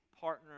partner